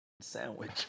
sandwich